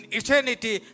eternity